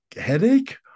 headache